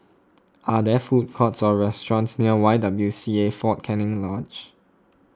are there food courts or restaurants near Y W C A fort Canning Lodge